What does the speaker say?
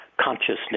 consciousness